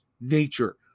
nature